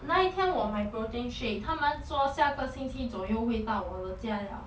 那一天我买 protein shake 他们说下个星期左右会到我的家了